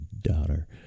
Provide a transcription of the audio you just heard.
daughter